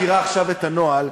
את מכירה את הנוהל,